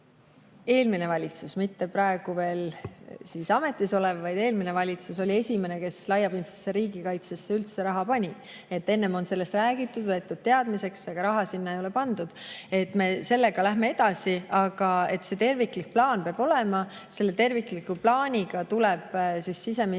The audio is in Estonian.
eelmine valitsus – mitte praegu veel ametis olev, vaid eelmine valitsus – oli esimene, kes laiapindsesse riigikaitsesse üldse raha pani. Enne on sellest räägitud, võetud teadmiseks, aga raha sinna ei pandud. Me sellega läheme edasi. Aga see terviklik plaan peab olema ja selle tervikliku plaaniga tuleb siseminister